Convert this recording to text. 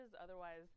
Otherwise